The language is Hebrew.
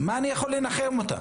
במה אני יכול לנחם אותם?